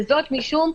וזאת משום,